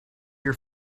your